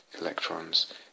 electrons